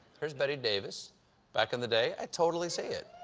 here's bette davis back in the day. i totally see it.